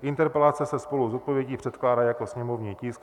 Interpelace se spolu s odpovědí předkládá jako sněmovní tisk 1107.